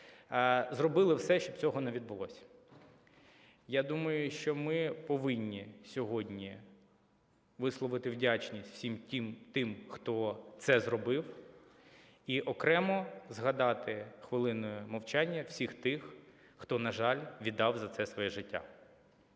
зробили все, щоб цього не відбулось. Я думаю, що ми повинні сьогодні висловити вдячність всім тим, хто це зробив. І окремо згадати хвилиною мовчання всіх тих, хто, на жаль, віддав за це своє життя.